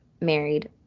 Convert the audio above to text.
married